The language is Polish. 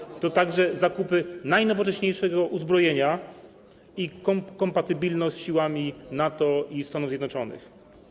Oznacza to także zakupy najnowocześniejszego uzbrojenia i kompatybilność z siłami NATO i Stanów Zjednoczonych.